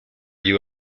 you